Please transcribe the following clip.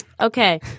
Okay